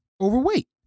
overweight